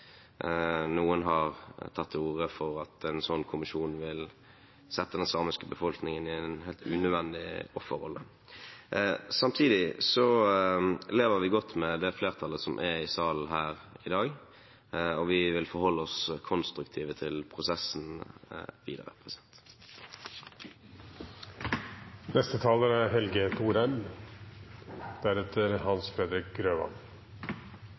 Noen har tatt til orde for at en sånn kommisjon vil sette den samiske befolkningen i en helt unødvendig offerrolle. Samtidig lever vi godt med det flertallet som er i salen her i dag, og vi vil forholde oss konstruktivt til prosessen videre.